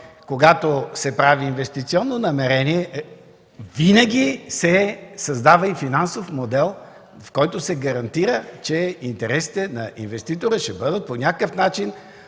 Когато се прави инвестиционно намерение, винаги се създава и финансов модел, с който се гарантира, че интересите на инвеститора ще бъдат по някакъв начин